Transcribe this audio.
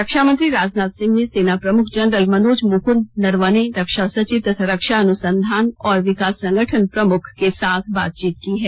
रक्षा मंत्री राजनाथ सिंह ने सेना प्रमुख जनरल मनोज मुकृंद नरवणे रक्षा सचिव तथा रक्षा अनुसंधान और विकास संगठन प्रमुख के साथ बातचीत की है